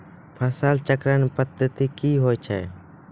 फसल चक्रण पद्धति क्या हैं?